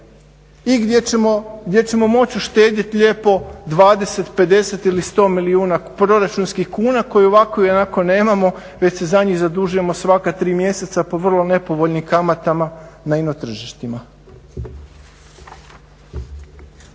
i gdje ćemo moći uštedjeti lijepo 20, 50 ili 100 milijuna proračunskih kuna koje ovako i onako nemamo već se za njih zadužujemo svaka 3 mjeseca po vrlo nepovoljnim kamatama na ino tržištima.